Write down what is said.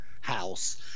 house